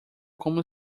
como